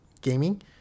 gaming